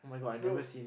brother